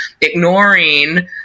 ignoring